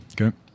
Okay